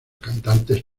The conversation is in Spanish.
cantantes